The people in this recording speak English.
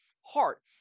heart